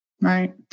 right